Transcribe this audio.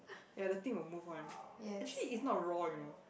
ya the thing will move on actually it's not raw you know